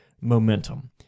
momentum